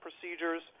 procedures